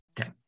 okay